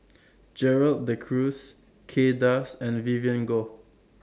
Gerald De Cruz Kay Das and Vivien Goh